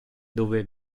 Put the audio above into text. dove